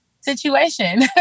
situation